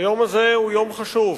היום הזה הוא יום חשוב.